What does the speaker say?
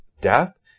death